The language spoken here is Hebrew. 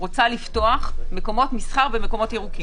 אני רוצה פתוח מקומות מסחר במקומות ירוקה